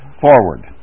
forward